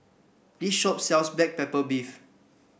this shop sells Black Pepper Beef